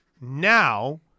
now